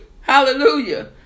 hallelujah